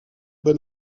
bon